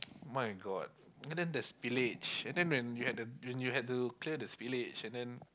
my god and then there's spillage and then when you had the when you had to clear spillage and then